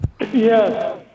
Yes